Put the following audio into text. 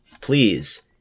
please